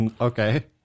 Okay